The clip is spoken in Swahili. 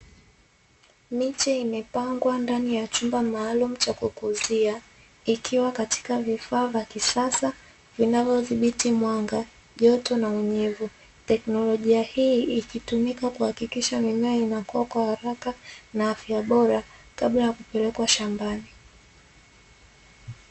Miche imepangwa ndani ya chumba maalumu cha kukuuzia ikiwa katika vifaa vya kisasa vinavyodhibiti mwanga joto na unyevu, teknolojia hii ikitumika kuhakikisha mimea inakuwa kwa haraka na afya bora kabla ya kupelekwa shambani.